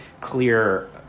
clear